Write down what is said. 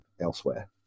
elsewhere